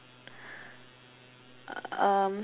um